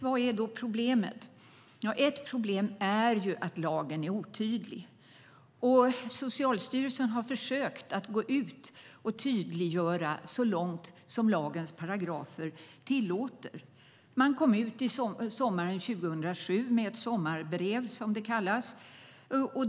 Vad är då problemet? Ett problem är att lagen är otydlig. Socialstyrelsen har försökt gå ut och tydliggöra så långt som lagens paragrafer tillåter. Man kom sommaren 2007 ut med ett sommarbrev, som det kallas.